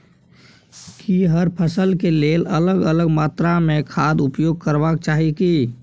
की हर फसल के लेल अलग अलग मात्रा मे खाद उपयोग करबाक चाही की?